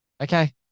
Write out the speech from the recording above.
okay